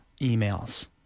emails